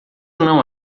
não